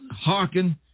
hearken